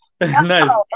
nice